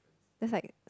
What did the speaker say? that's like